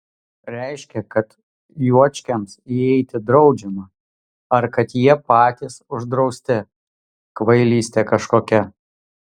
reiškia kad juočkiams įeiti draudžiama ar kad jie patys uždrausti kvailystė kažkokia